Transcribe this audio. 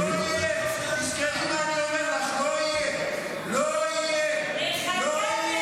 עאידה תומא סלימאן, לא להפריע, בבקשה.